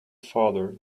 father